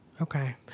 Okay